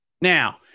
Now